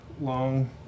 long